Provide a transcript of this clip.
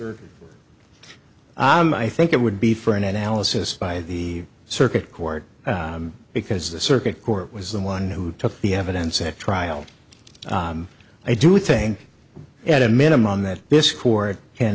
third i think it would be for an analysis by the circuit court because the circuit court was the one who took the evidence at trial i do think at a minimum that this court can